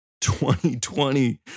2020